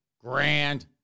grand